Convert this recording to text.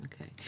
Okay